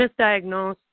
misdiagnosed